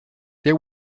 there